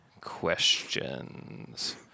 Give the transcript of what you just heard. questions